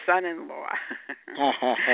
son-in-law